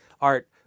art